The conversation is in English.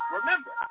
Remember